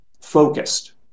focused